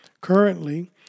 Currently